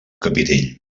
capitell